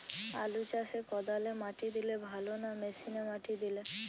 আলু চাষে কদালে মাটি দিলে ভালো না মেশিনে মাটি দিলে?